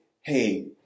hey